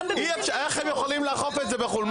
אי אפשר, איך הם יכולים לאכוף את זה בחו"ל?